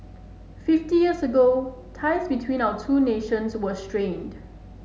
fifty years ago ties between our two nations were strained